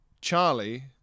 Charlie